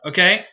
Okay